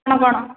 ନା କ'ଣ